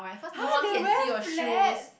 !huh! they wear flats